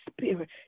spirit